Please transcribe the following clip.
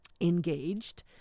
engaged